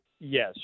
Yes